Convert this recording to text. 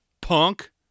Punk